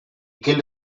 killed